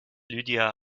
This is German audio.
lydia